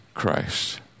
Christ